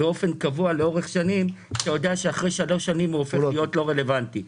קבוע לאורך שנים כשאתה יודע שאחרי שלוש שנים הוא הופך להיות לא רלוונטי.